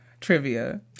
trivia